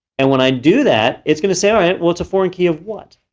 and when i do that it's gonna say, all right, well, it's a foreign key of what?